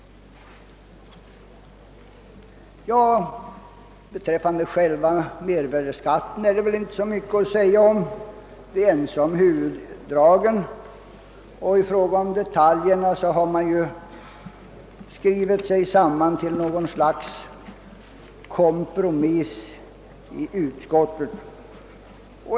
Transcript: Själva mervärdeskatten är det väl inte så mycket att säga om. Vi är ense om huvuddragen, och i fråga om detaljerna har man ju i utskottet skrivit sig samman till något slags kompromiss.